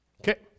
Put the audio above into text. Okay